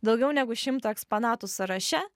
daugiau negu šimto eksponatų sąraše